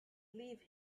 leave